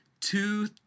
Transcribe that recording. two